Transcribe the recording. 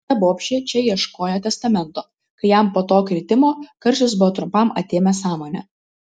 ta bobšė čia ieškojo testamento kai jam po to kritimo karštis buvo trumpam atėmęs sąmonę